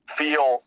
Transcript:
feel